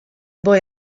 boy